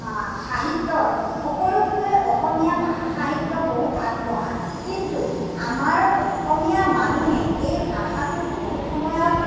সাহিত্যৰ সকলোতকৈ অসমীয়া ভাষা সাহিত্য বহুত আগবঢ়া কিন্তু আমাৰ অসমীয়া মানুহে এই ভাষাটো বহু সময়ত